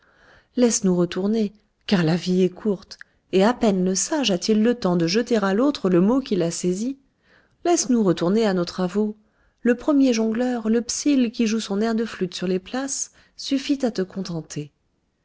isis laisse-nous retourner car la vie est courte et à peine le sage a-t-il le temps de jeter à l'autre le mot qu'il a saisi laisse-nous retourner à nos travaux le premier jongleur le psylle qui joue son air de flûte sur les places suffit à te contenter